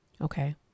Okay